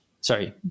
Sorry